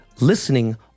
Listening